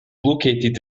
located